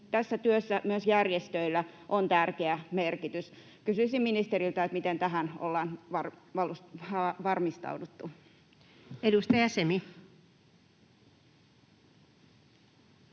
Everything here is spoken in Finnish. Tässä työssä myös järjestöillä on tärkeä merkitys. Kysyisin ministeriltä: miten tähän ollaan valmistauduttu? [Speech